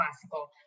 classical